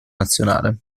nazionale